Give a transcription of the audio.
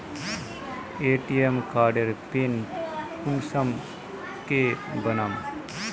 ATM कार्डेर PIN कुंसम के बनाम?